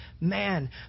man